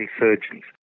insurgents